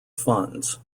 funds